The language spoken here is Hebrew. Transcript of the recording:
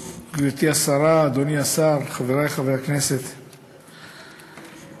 השר, חברי חברי הכנסת